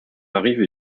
arrive